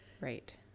Right